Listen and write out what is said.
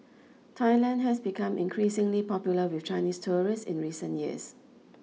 Thailand has become increasingly popular with Chinese tourists in recent years